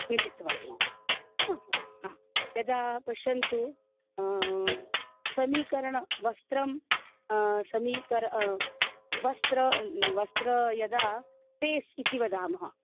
मिलित्वा एव हा यदा पश्यन्तु समीकरवस्त्रं समीकरं वस्त्रं वस्त्रा यदा पेस् इति वदामः